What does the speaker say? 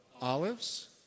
Olives